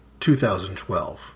2012